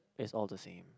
is all the same